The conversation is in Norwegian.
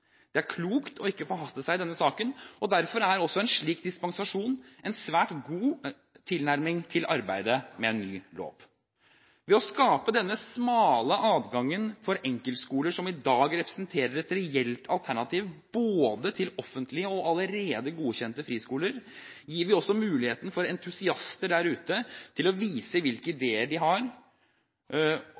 Det er klokt ikke å forhaste seg i denne saken, og derfor er en slik dispensasjon en svært god tilnærming til arbeidet med en ny lov. Ved å skape denne smale adgangen for enkeltskoler som i dag representerer et reelt alternativ til både offentlige og allerede godkjente friskoler, gir vi også muligheten for entusiaster der ute til å vise hvilke ideer de har